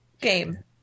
Game